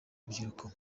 rubyiruko